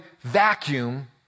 vacuum